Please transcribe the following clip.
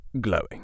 glowing